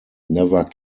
never